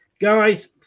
Guys